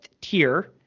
tier